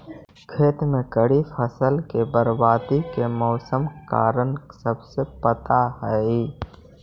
खेत में खड़ी फसल के बर्बादी के मौसमी कारण सबके पता हइ